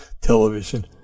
television